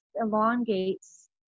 elongates